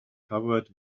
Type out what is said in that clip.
covered